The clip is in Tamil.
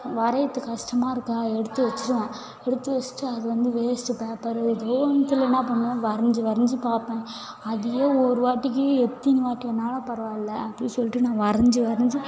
வரைகிறது கஷ்டமா இருக்கா எடுத்து வச்சிடுவேன் எடுத்து வச்சிட்டு அது வந்து வேஸ்ட்டு பேப்பரு ஏதோ ஒன்னுத்தில் என்ன பண்ணுவேன் வரைந்து வரைந்து பார்ப்பேன் அதையே ஒரு வாட்டிக்கு எத்தனை வாட்டி வேணுணாலும் பரவாயில்லை அப்படின் சொல்லிட்டு நான் வரைந்து வரைந்து